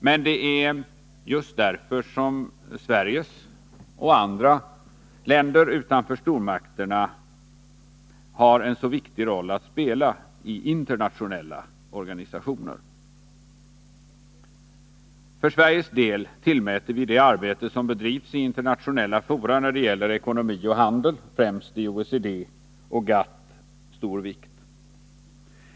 Men det är just därför som Sverige och andra länder utanför stormakterna har en så viktig roll att spela i internationella organisationer. För Sveriges del tillmäter vi det arbete som bedrivs i internationella fora när det gäller ekonomi och handel, främst i OECD och GATT, stor vikt.